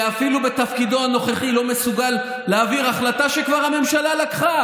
שאפילו בתפקידו הנוכחי לא מסוגל להעביר החלטה שכבר הממשלה לקחה,